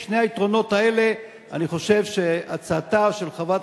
בגלל שני היתרונות האלה אני חושב שהצעתה של חברת